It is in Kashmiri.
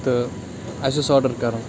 تہٕ اَسہِ اوس آڈَر کَرُن